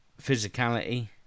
physicality